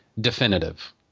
definitive